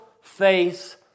face